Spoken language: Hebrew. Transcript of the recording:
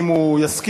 אם הוא יסכים,